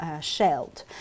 shelled